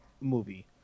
movie